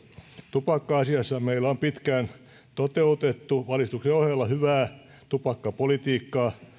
tupakka asiassa meillä on pitkään toteutettu valistuksen ohella hyvää tupakkapolitiikkaa